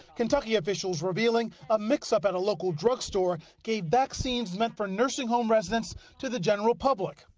kentucky officials revealing a mixup at a local drugstore gave vaccines meant for nursing-home residents to the general public.